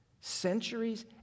centuries